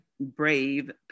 brave